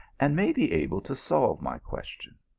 and may be able to solve my question.